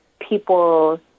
people